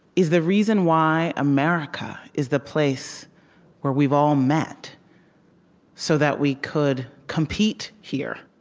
is the reason why america is the place where we've all met so that we could compete here?